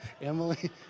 Emily